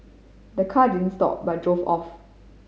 the car didn't stop but drove off